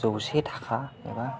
जौसे थाखा एबा